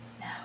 No